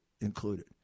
included